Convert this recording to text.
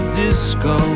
disco